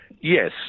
Yes